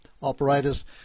operators